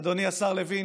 אדוני השר לוין,